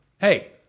Hey